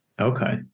Okay